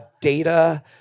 data